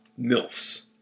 milfs